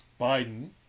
Biden